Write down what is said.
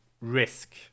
risk